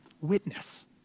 witness